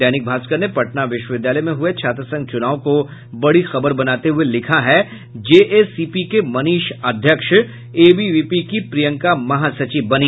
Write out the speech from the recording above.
दैनिक भास्कर ने पटना विश्वविद्यालय में हुये छात्र संघ चुनाव को बड़ी खबर बनाते हुये लिखा है जेएसीपी के मनीष अध्यक्ष एबीवीपी की प्रियंका महासचिव बनी